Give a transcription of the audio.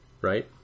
right